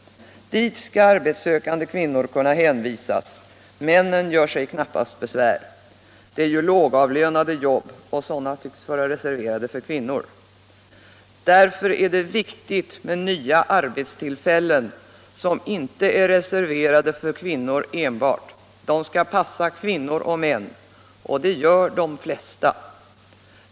Dit skall arbetssökande kvinnor kunna hänvisas, männen gör sig knappast besvär. Det rör sig ju om lågavlönade jobb. och sådana tycks vara reserverade för kvinnor. Det är viktigt med nvya arbetstillfällen som inte är reserverade för kvinnor enbart. De skall passa både kvinnor och män, och det gör ju de flesta.